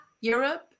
Europe